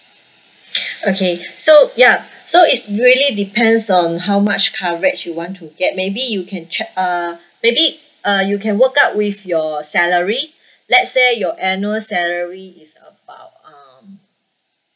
okay so ya so it's really depends on how much coverage you want to get maybe you can che~ uh maybe uh you can work out with your salary let's say your annual salary is about um